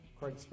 Craig